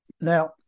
Now